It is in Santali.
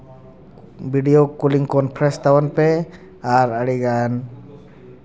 ᱵᱷᱤᱰᱤᱭᱳ ᱠᱚᱞᱤᱝ ᱠᱚᱱᱯᱷᱟᱨᱮᱱᱥ ᱛᱟᱵᱚᱱ ᱯᱮ ᱟᱨ ᱟᱹᱰᱤᱜᱟᱱ